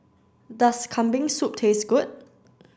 does Kambing soup taste good